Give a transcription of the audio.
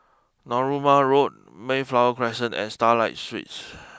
Narooma Road Mayflower Crescent and Starlight Suites